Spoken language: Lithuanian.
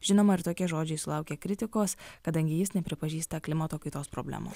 žinoma ir tokie žodžiai sulaukė kritikos kadangi jis nepripažįsta klimato kaitos problemos